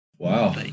Wow